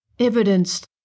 evidenced